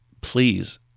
Please